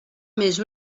més